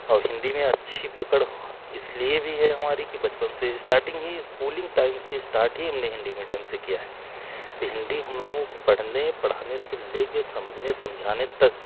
और हिंदी में अच्छी पकड़ इसलिए भी है हमारी कि बचपन से स्टार्टिंग ही स्कूलिंग टाइम से स्टार्ट ही हमने हिंदी मीडियम से किया है तो हिंदी हम लोगों को पढ़ने पढ़ाने से लेकर समझने समझाने तक